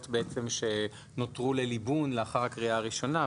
שנותרו בעצם לליבון לאחר הקריאה הראשונה,